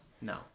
no